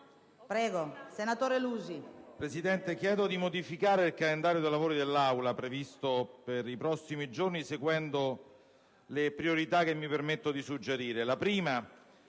Presidente, chiedo di modificare il calendario dei lavori dell'Assemblea previsto per i prossimi giorni, seguendo le priorità che mi permetto di suggerire: